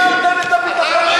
הפקרתם את הביטחון של ישראל.